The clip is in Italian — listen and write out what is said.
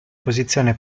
posizione